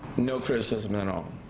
no criticism at all.